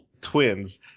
twins